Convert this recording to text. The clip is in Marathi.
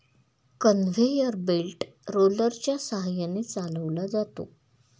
कन्व्हेयर बेल्ट रोलरच्या सहाय्याने चालवला जातो